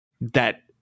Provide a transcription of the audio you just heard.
that-